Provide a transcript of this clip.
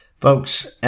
Folks